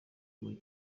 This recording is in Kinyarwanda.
muri